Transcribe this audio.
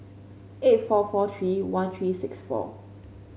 eight four four three one three six four